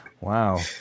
Wow